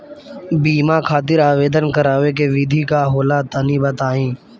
बीमा खातिर आवेदन करावे के विधि का होला तनि बताईं?